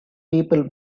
people